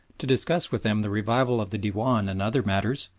to discuss with them the revival of the dewan and other matters,